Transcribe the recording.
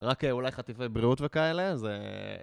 רק אולי חטיפי בריאות וכאלה? זה...